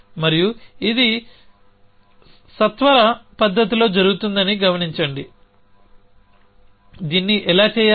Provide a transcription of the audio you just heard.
మరియు ఇది స్వతంత్ర పద్ధతిలో జరుగుతుందని గమనించండి దీన్ని ఎలా చేయాలి